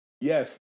Yes